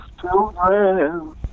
children